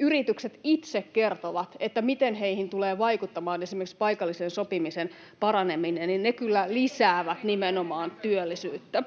yritykset itse kertovat, miten heihin tulee vaikuttamaan esimerkiksi paikallisen sopimisen paraneminen. Se kyllä nimenomaan lisää työllisyyttä.